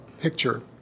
picture